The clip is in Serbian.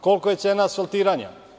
Kolika je cena asfaltiranja?